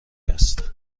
است